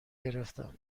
گرفتم